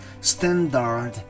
standard